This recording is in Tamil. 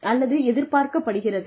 அல்லது எதிர்பார்க்கப்படுகிறது